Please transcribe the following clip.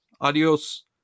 Adios